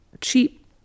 cheap